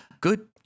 Good